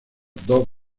dos